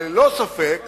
אבל ללא ספק